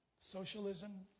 socialism